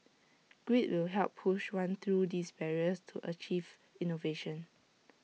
grit will help push one through these barriers to achieve innovation